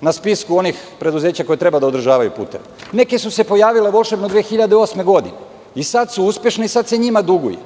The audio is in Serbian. na spisku onih preduzeća koja treba da održavaju puteve? Neke su se pojavile volšebno od 2008. godine, i sad su uspešne i sad se njima duguje.